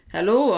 Hello